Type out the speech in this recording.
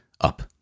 Up